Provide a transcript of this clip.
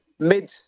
Mid